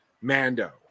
Mando